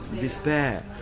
despair